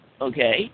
Okay